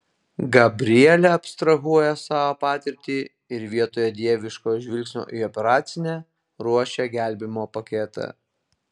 gabrielė abstrahuoja savo patirtį ir vietoje dieviško žvilgsnio į operacinę ruošia gelbėjimo paketą